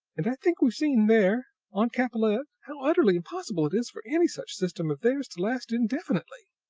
and i think we've seen there on capellette how utterly impossible it is for any such system as theirs to last indefinitely.